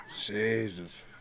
Jesus